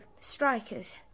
strikers